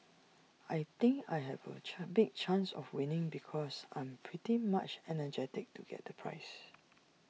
I think I have A chan big chance of winning because I'm pretty much energetic to get the prize